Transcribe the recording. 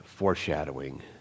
foreshadowing